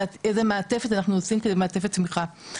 מעטפת תמיכה אנחנו עושים כמעטפת תמיכה?